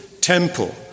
temple